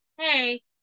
hey